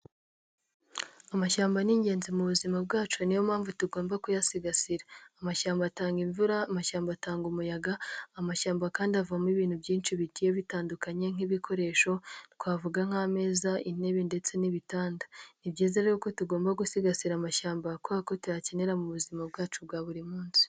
Amashyamba ni ingenzi mu buzima bwacu niyo mpamvu tugomba kuyasigasira, amashyamba atanga imvura, amashyamba atanga umuyaga, amashyamba kandi avamo ibintu byinshi bigiye bitandukanye nk'ibikoresho twavuga nk'ameza, intebe ndetse n'ibitanda; ni byiza rero ko tugomba gusigasira amashyamba kubera ko tuyakenera mu buzima bwacu bwa buri munsi.